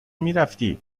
میرفتی